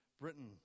Britain